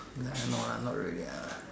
ya I know lah not really ah